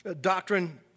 Doctrine